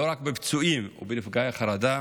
לא רק בפצועים ובנפגעי החרדה